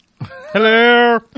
Hello